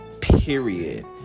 Period